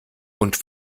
und